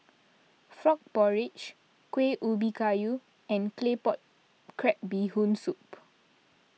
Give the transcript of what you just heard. Frog Porridge Kueh Ubi Kayu and Claypot Crab Bee Hoon Soup